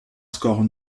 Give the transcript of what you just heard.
score